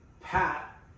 Pat